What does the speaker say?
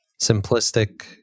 simplistic